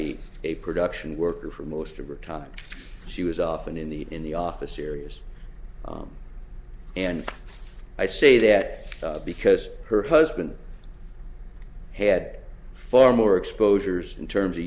a a production worker for most of the time she was often in the in the office areas and i say that because her husband had far more exposures in terms of